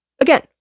again